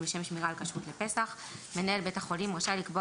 לשם שמירה על כשרות לפסח 9א. (א) "מנהל בית החולים רשאי לקבוע